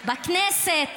בכנסת,